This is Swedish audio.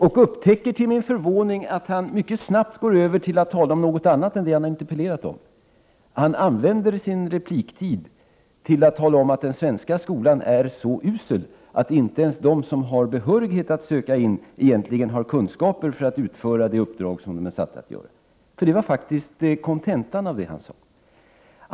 Jag upptäckte då till min förvåning att han mycket snabbt gick över till att tala om något annat än det som han har interpellerat om. Han använde sitt inlägg till att tala om att den svenska skolan är så usel att inte ens de som har behörighet att söka in egentligen har kunskaper för att utföra det uppdrag som de är satta att utföra. Det var faktiskt kontentan i det han sade.